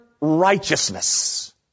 righteousness